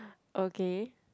okay